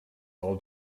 all